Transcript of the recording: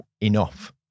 enough